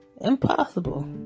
impossible